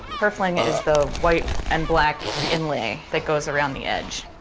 purfling is the white and black inlay that goes around the edge.